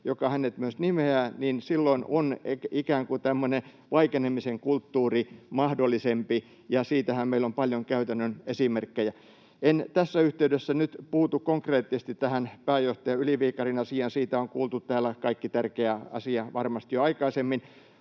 joka hänet myös nimeää, niin silloin on ikään kuin tämmöinen vaikenemisen kulttuuri mahdollisempi, ja siitähän meillä on paljon käytännön esimerkkejä. En tässä yhteydessä nyt puutu konkreettisesti tähän pääjohtaja Yli-Viikarin asiaan — siitä on kuultu täällä kaikki tärkeä asia varmasti jo aikaisemmin